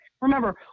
Remember